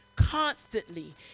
constantly